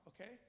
okay